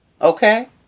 okay